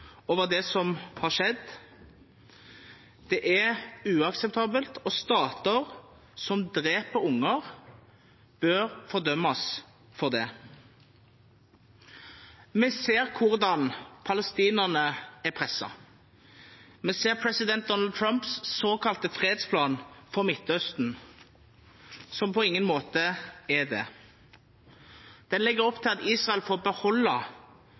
over det som har skjedd. Det er uakseptabelt, og stater som dreper unger, bør fordømmes for det. Vi ser hvordan palestinerne er presset. Vi ser president Donald Trumps såkalte fredsplan for Midtøsten, som på ingen måte er det. Den legger opp til at Israel får